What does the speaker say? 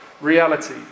reality